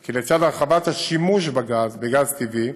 כי לצד הרחבת השימוש בגז טבעי,